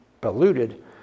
polluted